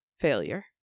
failure